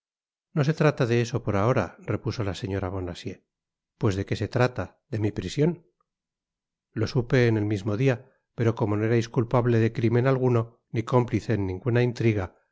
no se trata de eso por ahora repuso la señora bonacieux pues de que se trata de mi prision lo supe en et mismo dia pero como no erais culpable de crimen alguno ni cómplice en ninguna intriga